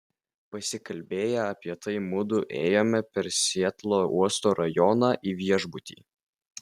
pasikalbėję apie tai mudu ėjome per sietlo uosto rajoną į viešbutį